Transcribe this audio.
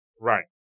Right